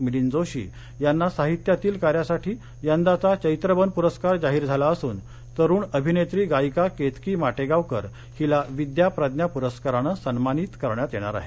मिलिंद जोशी यांना साहित्यातील कार्यासाठी यंदाचा चैत्रबन प्रस्कार जाहीर झाला असून तरुण अभिनेत्री गायिका केतकी माटेगावकर हिला विद्या प्रज्ञा पुरस्कारानं सन्मानित करण्यात येणार आहे